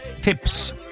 tips